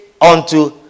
unto